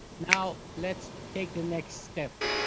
now let's take the next step.